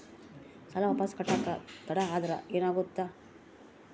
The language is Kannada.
ಸಾಲ ವಾಪಸ್ ಕಟ್ಟಕ ತಡ ಆದ್ರ ಏನಾಗುತ್ತ?